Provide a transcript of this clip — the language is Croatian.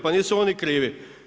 Pa nisu oni krivi.